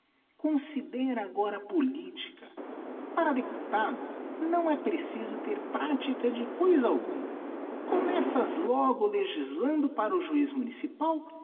considera agora apolídigiti zedby google tica para deputado não é preciso ter pratica de coisa alguma começas logo legislando para o juiz municipal